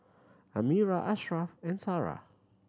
Amirah Ashraff and Sarah